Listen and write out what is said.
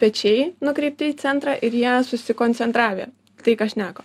pečiai nukreipti į centrą ir jie susikoncentravę tai ką šneka